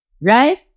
Right